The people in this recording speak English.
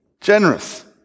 generous